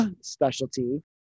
specialty